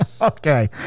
Okay